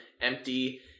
Empty